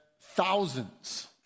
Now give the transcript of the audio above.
thousands